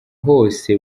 hose